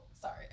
sorry